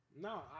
No